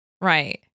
Right